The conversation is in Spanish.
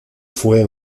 fue